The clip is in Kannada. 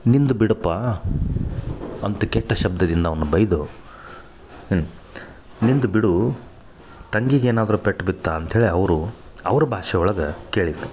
ನಿಂದು ಬಿಡಪ್ಪ ಅಂತ ಕೆಟ್ಟ ಶಬ್ದದಿಂದ ಅವ್ನ ಬೈದು ನಿಂದು ಬಿಡು ತಂಗಿಗೆ ಏನಾದರು ಪೆಟ್ಟು ಬಿತ್ತಾ ಅಂತ ಹೇಳೆ ಅವರು ಅವ್ರ ಭಾಷೆ ಒಳಗೆ ಕೇಳಿದ್ದರು